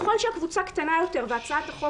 באמת, איך שהתחילה החקירה,